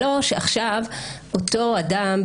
שעכשיו אותו אדם,